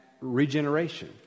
regeneration